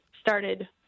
started